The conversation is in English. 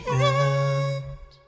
end